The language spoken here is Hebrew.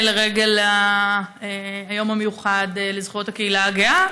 לרגל היום המיוחד לזכויות הקהילה הגאה,